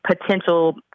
potential